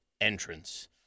entrance